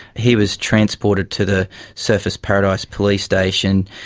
he was transported to the surfers paradise police station.